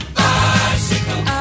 bicycle